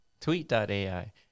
Tweet.ai